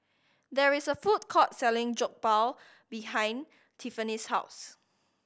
there is a food court selling Jokbal behind Tiffany's house